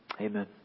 Amen